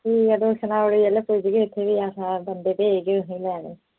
ठीक ऐ तुस सनाई उड़ेओ जिसलै पुजगे इत्थै फ्ही अस बंदे भेजगे लैने गी